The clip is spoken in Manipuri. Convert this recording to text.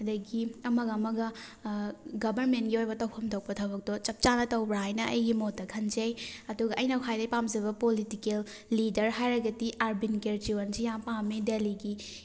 ꯑꯗꯒꯤ ꯑꯃꯒ ꯑꯃꯒ ꯒꯕꯔꯃꯦꯟꯒꯤ ꯑꯣꯏꯕ ꯇꯧꯐꯝ ꯊꯣꯛꯄ ꯊꯕꯛꯇꯣ ꯆꯞ ꯆꯥꯅ ꯇꯧꯕ꯭ꯔꯥ ꯍꯥꯏꯅ ꯑꯩꯒꯤ ꯃꯣꯠꯇ ꯈꯟꯖꯩ ꯑꯗꯨꯒ ꯑꯩꯅ ꯈ꯭ꯋꯥꯏꯗꯒꯤ ꯄꯥꯝꯖꯕ ꯄꯣꯂꯤꯇꯤꯀꯦꯜ ꯂꯤꯗꯔ ꯍꯥꯏꯔꯒꯗꯤ ꯑꯥꯔꯕꯤꯟ ꯀ꯭ꯔꯦꯖꯤꯋꯥꯜꯁꯤ ꯌꯥꯝ ꯄꯥꯝꯃꯤ ꯗꯦꯜꯂꯤꯒꯤ